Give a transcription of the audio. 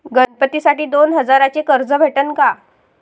गणपतीसाठी दोन हजाराचे कर्ज भेटन का?